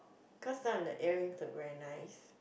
cause some of the earings are very nice